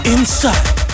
Inside